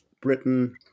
britain